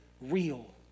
real